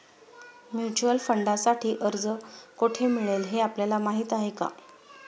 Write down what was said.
Mutual फंडांसाठी अर्ज कोठे मिळेल हे आपल्याला माहीत आहे का?